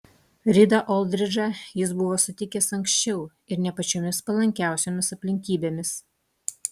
ridą oldridžą jis buvo sutikęs anksčiau ir ne pačiomis palankiausiomis aplinkybėmis